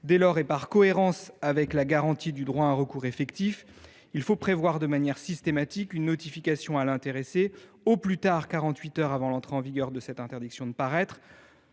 Dès lors, et par cohérence avec la garantie du droit à un recours effectif, il convient de prévoir de manière systématique une notification à l’intéressé au plus tard quarante huit heures avant l’entrée en vigueur de l’interdiction de paraître,